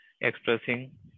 expressing